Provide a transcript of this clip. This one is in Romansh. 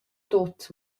tuot